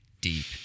deep